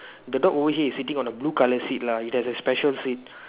the dog over here is sitting on a blue colour seat lah it has a special seat